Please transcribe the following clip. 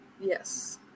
Yes